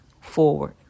forward